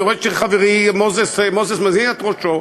אני רואה שחברי מוזס מניע את ראשו,